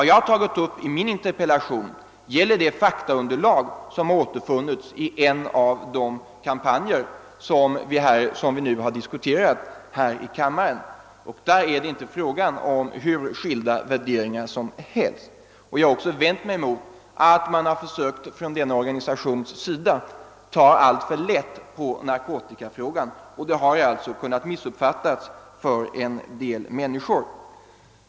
Vad jag har tagit upp i min interpellation är det faktaunderlag som återfunnits i en av de kampanjer som vi nu har diskuterat i kammaren, och där är det inte fråga om hur skilda värderingar som helst. Jag har också vänt mig mot att man från denna organisations sida har försökt ta alltför lätt på narkotikafrågan. Detta har alltså kunnat missuppfattas av en del människor.